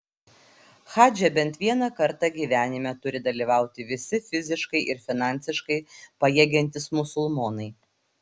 hadže bent vieną kartą gyvenime turi dalyvauti visi fiziškai ir finansiškai pajėgiantys musulmonai